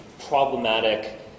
problematic